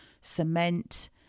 cement